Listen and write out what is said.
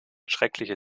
schreckliche